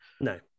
no